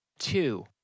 Two